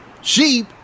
Sheep